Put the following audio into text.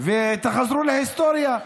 תחזרו להיסטוריה.